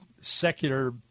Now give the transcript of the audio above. secular